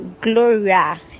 Gloria